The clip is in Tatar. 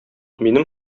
минем